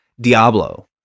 diablo